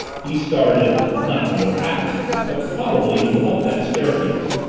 he started not to go out but, probably, to go up that staircase.